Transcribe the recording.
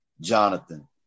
Jonathan